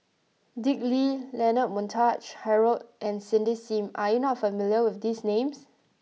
Dick Lee Leonard Montague Harrod and Cindy Sim are you not familiar with these names